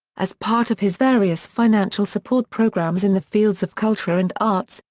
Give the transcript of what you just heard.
as part of his various financial support programs in the fields of culture and arts,